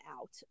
out